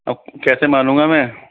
अब कैसे मानूँगा मैं